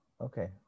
okay